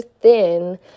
thin